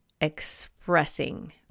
expressing